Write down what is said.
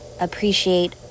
appreciate